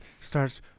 starts